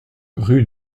rue